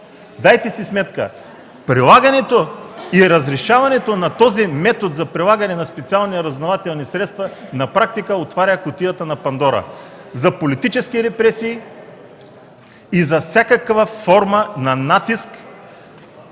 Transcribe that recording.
Дайте си сметка – прилагането и разрешаването на този метод за прилагане на специални разузнавателни средства на практика отваря кутията на Пандора за политически репресии и за всякаква форма на натиск